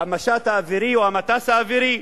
המשט האווירי או המטס האווירי,